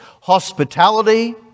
hospitality